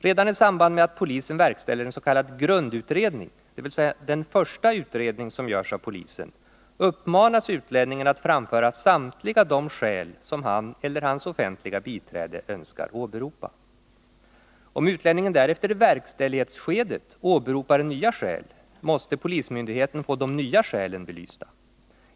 Redan i samband med att polisen verkställer en s.k. grundutredning, dvs. den första utredning som görs av polisen, uppmanas utlänningen framföra samtliga de skäl som han eller hans offentliga biträde önskar åberopa. Om utlänningen därefter i verkställighetsskedet åberopar nya skäl, måste polismyndigheten få de nya skälen belysta.